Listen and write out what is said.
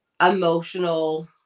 emotional